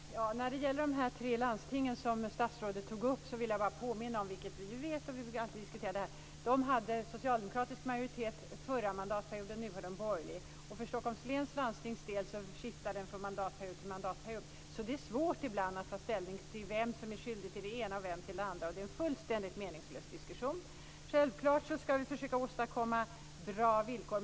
Fru talman! När det gäller de tre landsting som statsrådet tog upp vill jag bara påminna om att de hade socialdemokratiska majoriteter under den förra mandatperioden medan de nu har borgerliga majoriteter. För Stockholm läns landstings del skiftar majoriteten från mandatperiod till mandatperiod. Så det är svårt ibland att ta ställning till vem som är skyldig till det ena och vem som är skyldig till det andra. Denna diskussion är fullständigt meningslös. Självfallet ska vi försöka att åstadkomma bra villkor.